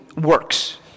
works